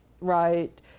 right